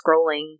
scrolling